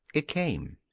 it came.